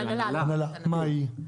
מה ההגדרה?